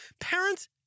Parents